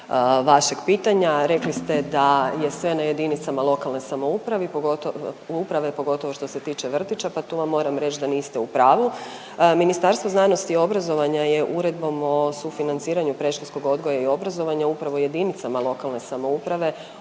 vašeg pitanja. Rekli ste da je sve na jedinicama lokalne samouprave pogotovo što se tiče vrtića, pa tu vam moram reći da niste u pravu. Ministarstvo znanosti i obrazovanja je Uredbom o sufinanciranju predškolskog odgoja i obrazovanja upravo jedinicama lokalne samouprave